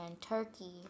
turkey-